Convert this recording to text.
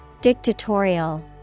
Dictatorial